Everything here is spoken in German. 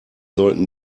sollten